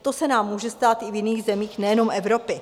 To se nám může stát i v jiných zemích nejenom Evropy.